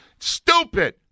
stupid